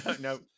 no